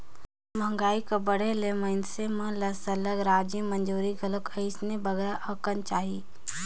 मंहगाई कर बढ़े ले मइनसे मन ल सरलग रोजी मंजूरी घलो अइसने बगरा अकन चाही